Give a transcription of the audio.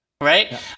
right